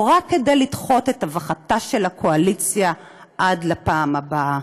או רק כדי לדחות את הבכתה של הקואליציה עד לפעם הבאה.